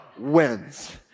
wins